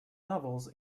novels